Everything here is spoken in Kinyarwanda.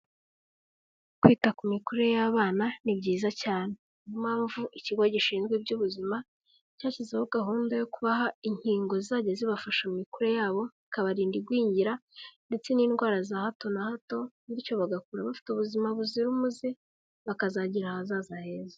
Kwita ku mikurire y'abana ni byiza cyane. Ni yo mpamvu ikigo gishinzwe iby'ubuzima, cyashyizeho gahunda yo kubaha inkingo zizajya zibafasha mu mikurire yabo, bikabarinda igwingira ndetse n'indwara za hato na hato, bityo bagakura bafite ubuzima buzira umuze, bakazagira ahazaza heza.